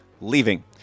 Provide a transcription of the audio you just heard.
leaving